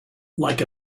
like